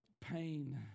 pain